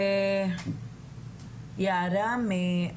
יערה מן,